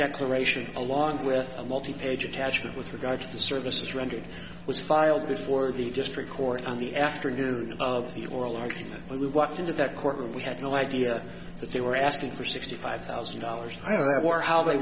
declaration along with a multi page attachment with regard to services rendered was files this for the district court on the afternoon of the oral argument we walked into that courtroom we had no idea what they were asking for sixty five thousand dollars for how they